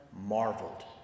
marveled